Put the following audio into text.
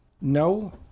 No